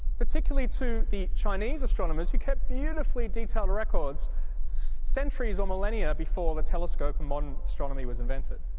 particularly to the chinese astronomers who kept beautifully detailed records centuries or millennia before the telescope and modern astronomy was invented.